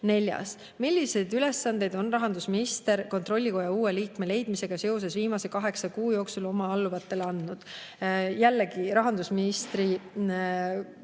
küsimus: "Milliseid ülesandeid on rahandusminister kontrollikoja uue liikme leidmisega seoses viimase kaheksa kuu jooksul oma alluvatele andnud?" Jällegi, rahandusministri